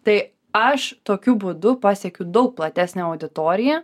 tai aš tokiu būdu pasiekiu daug platesnę auditoriją